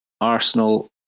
Arsenal